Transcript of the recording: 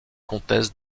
comtesse